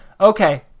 Okay